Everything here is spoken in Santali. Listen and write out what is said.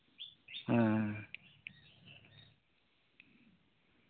ᱦᱩᱸ